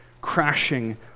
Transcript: crashing